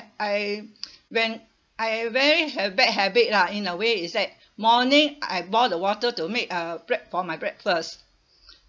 I when I very bad habit lah in a way is that morning I boil the water to make uh break~ for my breakfast